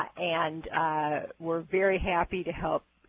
and we're very happy to help